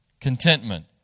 Contentment